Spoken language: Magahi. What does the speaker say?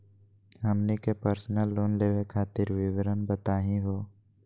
हमनी के पर्सनल लोन लेवे खातीर विवरण बताही हो?